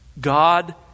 God